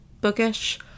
bookish